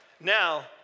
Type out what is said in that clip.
Now